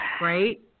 right